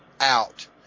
out